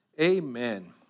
Amen